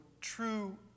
true